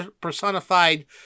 personified